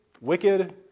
wicked